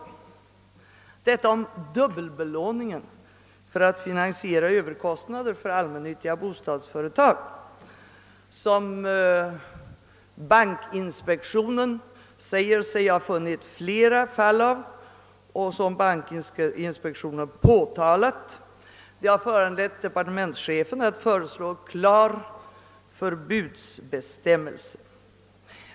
Bankinspektionen menar sig ha funnit flera fall av dubbelbelåning för finansiering av överkostnader för allmännyttiga bostadsföretag, vilket bar påtalats av inspektionen. Detta har föranlett departementschefen att föreslå en klar förbudsbestämmelse.